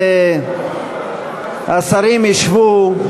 השרים ישבו,